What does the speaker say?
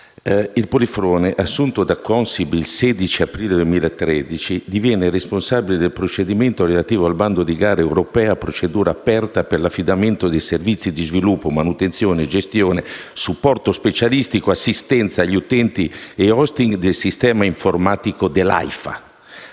Il Polifrone, assunto alla Consip dal 16 aprile 2013, diviene responsabile del procedimento relativo al bando di gara europea a procedura aperta per l'affidamento dei servizi di sviluppo, manutenzione, gestione, supporto specialistico, assistenza agli utenti e *hosting* del sistema informativo dell'Aifa,